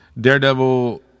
Daredevil